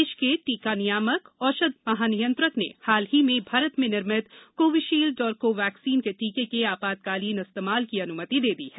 देश के टीकानियामक औषध महानियंत्रक ने हाल ही में भारत में निर्मित कोविशील्ड और कोवैक्सीन के टीके के आपतकालीन इस्तेमाल की अनुमति दे दी है